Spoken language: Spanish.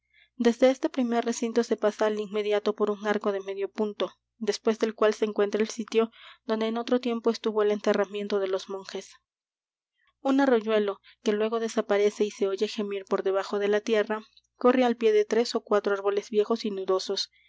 desde este primer recinto se pasa al inmediato por un arco de medio punto después del cual se encuentra el sitio donde en otro tiempo estuvo el enterramiento de los monjes un arroyuelo que luego desaparece y se oye gemir por debajo de tierra corre al pie de tres ó cuatro árboles viejos y nudosos